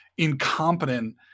incompetent